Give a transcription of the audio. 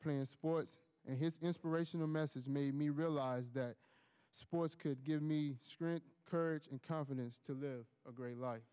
playing a sport and his inspirational message made me realize that sports could give me strength courage and confidence to live a great life